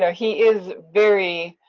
yeah he is very,